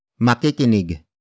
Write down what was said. Makikinig